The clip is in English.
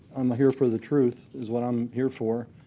i'm here for the truth is what i'm here for.